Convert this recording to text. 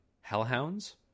hellhounds